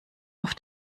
auf